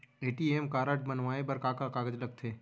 ATM card बनवाये बर का का कागज लगथे?